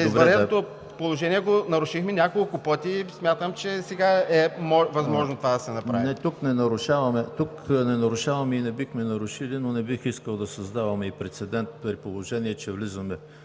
извънредното положение го нарушихме няколко пъти и смятам, че и сега е възможно това да се направи. ПРЕДСЕДАТЕЛ ЕМИЛ ХРИСТОВ: Не, тук не нарушаваме и не бихме нарушили, но не бих искал да създаваме и прецедент, при положение че влизаме